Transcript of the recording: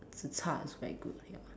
zi char is very good ya